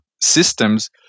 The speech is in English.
systems